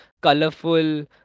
colorful